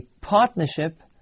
partnership